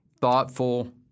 thoughtful